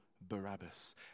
Barabbas